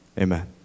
Amen